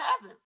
heaven